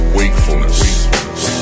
wakefulness